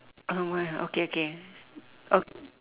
uh why okay okay oh